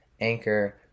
Anchor